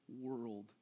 world